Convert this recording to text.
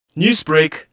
Newsbreak